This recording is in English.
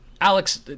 Alex